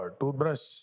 toothbrush